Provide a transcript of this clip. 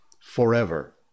forever